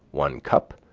one cup,